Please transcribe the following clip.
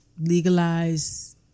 legalize